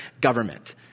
government